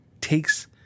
Takes